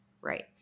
right